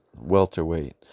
welterweight